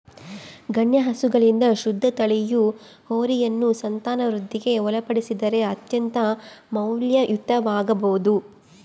ಗಣ್ಯ ಹಸುಗಳಿಂದ ಶುದ್ಧ ತಳಿಯ ಹೋರಿಯನ್ನು ಸಂತಾನವೃದ್ಧಿಗೆ ಒಳಪಡಿಸಿದರೆ ಅತ್ಯಂತ ಮೌಲ್ಯಯುತವಾಗಬೊದು